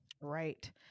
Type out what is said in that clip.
Right